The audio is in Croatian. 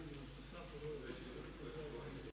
Hvala vam